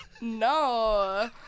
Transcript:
no